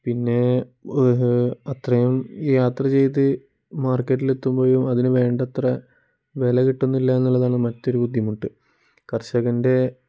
പിന്നേ അത്രയും യാത്ര ചെയ്ത് മാർക്കറ്റിലെത്തുമ്പോഴും അതിനു വേണ്ടത്ര വില കിട്ടുന്നില്ല എന്നുള്ളതാണ് മറ്റൊരു ബുദ്ധിമുട്ട് കർഷകൻ്റെ